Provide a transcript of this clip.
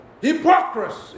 Hypocrisy